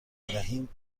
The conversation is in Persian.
دهیم